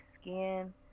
skin